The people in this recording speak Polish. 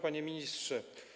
Panie Ministrze!